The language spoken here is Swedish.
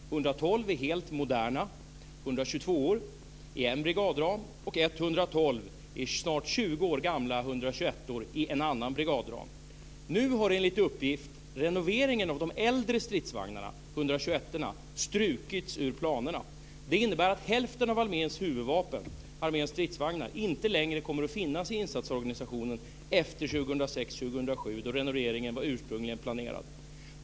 112 är helt moderna 122:or i en brigadram, och 112 är snart 20 år gamla 121:or i en annan brigadram. Nu har, enligt uppgift, renoveringen av de äldre stridsvagnarna, 121:orna, strukits ur planerna. Det innebär att hälften av arméns huvudvapen, arméns stridsvagnar, inte längre kommer att finnas i insatsorganisationen efter 2006-2007 då renoveringen ursprungligen var planerad.